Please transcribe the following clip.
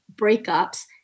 breakups